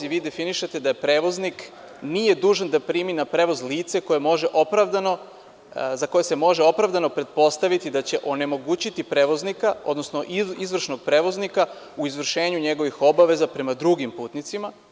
Vi definišete da prevoznik nije dužan da primi na prevoz lice za koje se može opravdano pretpostaviti da će onemogućiti prevoznika, odnosno izvršnog prevoznika u izvršenju njegovih obaveza prema drugim putnicima.